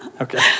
Okay